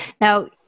Now-